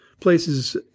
places